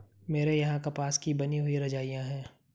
मेरे यहां कपास की बनी हुई रजाइयां है